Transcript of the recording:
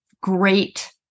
great